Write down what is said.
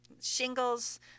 shingles